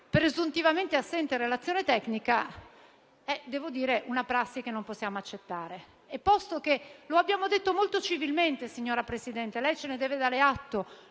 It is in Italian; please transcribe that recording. presuntivamente assente relazione tecnica, è una prassi che non possiamo accettare. Lo abbiamo detto molto civilmente, signor Presidente, e lei ce ne deve dare atto.